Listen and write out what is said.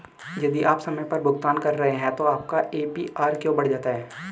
यदि आप समय पर भुगतान कर रहे हैं तो आपका ए.पी.आर क्यों बढ़ जाता है?